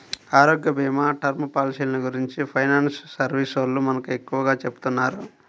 ఆరోగ్యభీమా, టర్మ్ పాలసీలను గురించి ఫైనాన్స్ సర్వీసోల్లు మనకు ఎక్కువగా చెబుతున్నారు